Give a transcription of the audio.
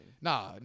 Nah